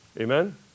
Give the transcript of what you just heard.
Amen